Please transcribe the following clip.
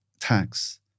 tax